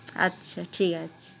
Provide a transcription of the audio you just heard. আচ্ছা ঠিক আছে